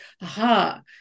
aha